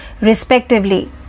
respectively